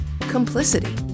complicity